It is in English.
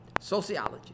sociology